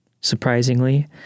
Surprisingly